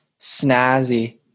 snazzy